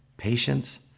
patience